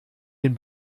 den